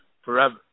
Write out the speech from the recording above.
forever